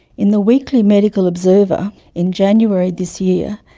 in the weekly medical observer in january this year,